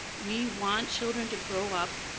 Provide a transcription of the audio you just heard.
we want children to grow up,